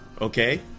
okay